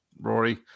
Rory